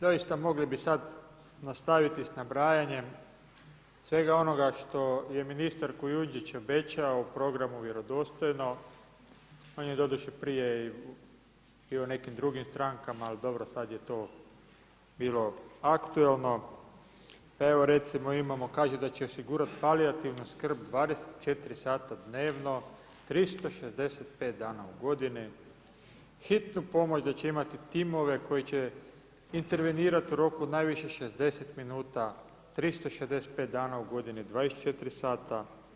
Zaista mogli bi sad nastaviti s nabrajanjem, svega onoga što je ministar Kujundžić obećao u programu vjerodostojno, on je doduše i prije bio u nekim drugim strankama, ali dobro, sada je to bilo aktualno, pa evo, recimo imamo, kaže da će osigurati palijativnu skrb 24 sata dnevno, 365 dana u godini, hitnu pomoć, da će imati timove koji će intervenirati rok u najviše 60 min, 365 dana u godini, 24 sata.